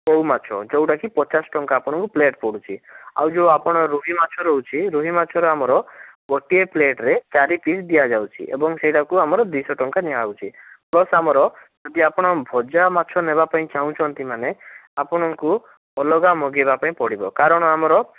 କଉ ମାଛ ଯେଉଁଟାକି ପଚାଶ ଟଙ୍କା ଆପଣଙ୍କୁ ପ୍ଲେଟ୍ ପଡ଼ୁଛି ଆଉ ଯେଉଁ ଆପଣ ରୋହି ମାଛ ରହୁଛି ରୋହି ମାଛର ଆମର ଗୋଟିଏ ପ୍ଲେଟ୍ରେ ଚାରି ପିସ୍ ଦିଆଯାଉଛି ଏବଂ ସେଇଟାକୁ ଆମର ଦୁଇ ଶହ ଟଙ୍କା ନିଆହେଉଛି ପ୍ଲସ୍ ଆମର ଯଦି ଆପଣ ଭଜା ମାଛ ନେବା ପାଇଁ ଚାହୁଁଛନ୍ତି ମାନେ ଆପଣଙ୍କୁ ଅଲଗା ମଗାଇବା ପାଇଁ ପଡ଼ିବ କାରଣ ଆମର